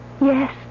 Yes